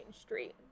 Street